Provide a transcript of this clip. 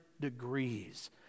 degrees